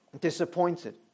disappointed